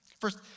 First